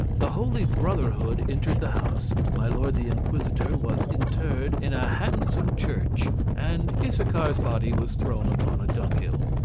the holy brotherhood entered the house my lord the inquisitor was interred in a handsome church, and issachar's body was thrown upon a dunghill.